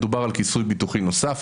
מדובר על כיסוי ביטוחי נוסף,